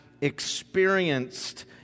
experienced